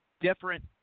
different